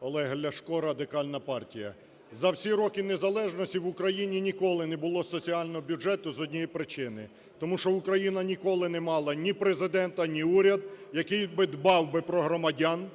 13:50:56 ЛЯШКО О.В. Олег Ляшко, Радикальна партія. За всі роки незалежності в Україні ніколи не було соціального бюджету з однієї причини6 тому що Україна ніколи не мала ні Президента, ні уряд, який би дбав про громадян,